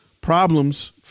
problems